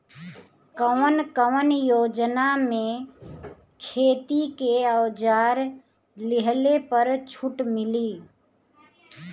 कवन कवन योजना मै खेती के औजार लिहले पर छुट मिली?